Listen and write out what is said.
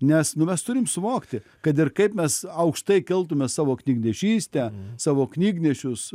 nes nu mes turim suvokti kad ir kaip mes aukštai keltume savo knygnešystę savo knygnešius